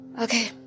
Okay